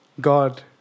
God